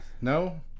No